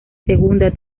segunda